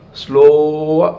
slow